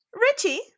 Richie